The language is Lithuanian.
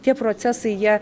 tie procesai jie